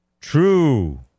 True